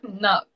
No